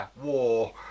war